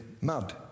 mud